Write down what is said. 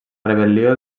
rebel·lió